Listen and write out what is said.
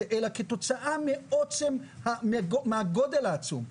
אלא כתוצאה מהגודל העצום,